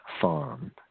farm